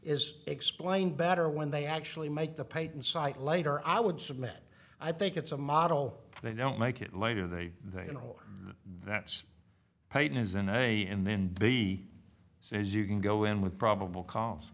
is explained better when they actually make the peyton site later i would submit i think it's a model they don't make it later they they you know that's how it is and i and then b so as you can go in with probable cause